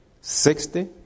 sixty